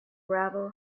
gravel